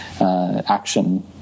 action